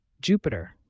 Jupiter